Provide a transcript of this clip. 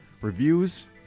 reviews